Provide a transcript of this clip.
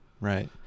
Right